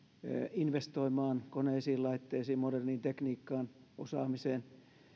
investoimaan koneisiin laitteisiin moderniin tekniikkaan ja osaamiseen